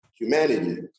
humanity